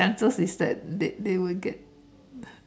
the chances is that they they will get